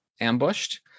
ambushed